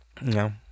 No